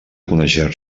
conèixer